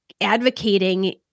Advocating